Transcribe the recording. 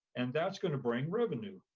and that's gonna bring revenue.